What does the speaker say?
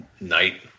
night